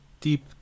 deep